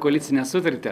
koalicinę sutartę